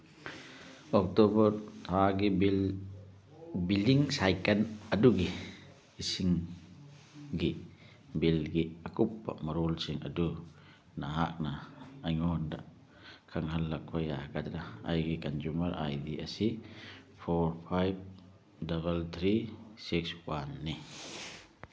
October ꯊꯥꯒꯤ billing cycle ꯑꯗꯨꯒꯤ ꯏꯁꯤꯡꯒꯤ ꯕꯤꯜꯒꯤ ꯑꯀꯨꯞꯄ ꯃꯔꯣꯜꯁꯤꯡ ꯑꯗꯨ ꯅꯍꯥꯛꯅ ꯑꯩꯉꯣꯟꯗ ꯈꯪꯍꯜꯂꯛꯄ ꯌꯥꯒꯗ꯭ꯔꯥ ꯑꯩꯒꯤ ꯀꯟꯖꯨꯃꯔ ꯑꯥꯏ ꯗꯤ ꯑꯁꯤ four five double three six ꯋꯥꯟꯅꯤ